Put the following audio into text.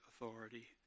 authority